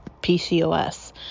PCOS